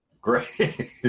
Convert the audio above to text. Great